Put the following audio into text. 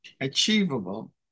achievable